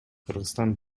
кыргызстан